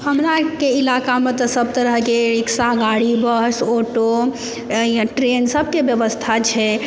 हमराके इलाकामे तऽ सब तरहके रिक्शा गाड़ी बस ऑटो आ ट्रैन सबके ब्यबस्था छै